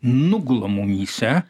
nugula mumyse